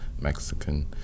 Mexican